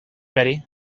betty